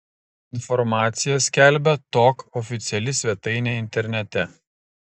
informaciją skelbia tok oficiali svetainė internete